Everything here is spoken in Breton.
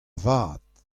vat